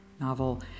novel